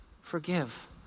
forgive